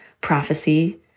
prophecy